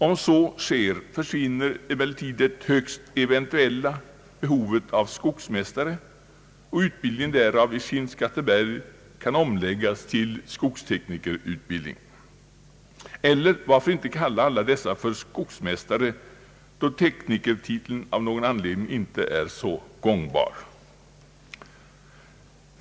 Om så sker försvinner emellertid det högst eventuella behovet av skogsmästare, och utbildningen därav i Skinnskatteberg kan omläggas till skogsteknikerutbildning — eller varför inte kalla alla dessa för skogsmästare, då teknikertiteln av någon anledning inte är så populär?